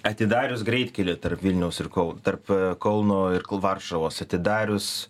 atidarius greitkelį tarp vilniaus ir kol tarp kauno ir varšuvos atidarius